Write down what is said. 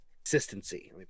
consistency